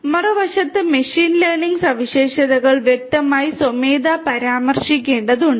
മറുവശത്ത് machine learning സവിശേഷതകൾ വ്യക്തമായി സ്വമേധയാ പരാമർശിക്കേണ്ടതാണ്